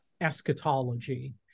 eschatology